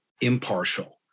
impartial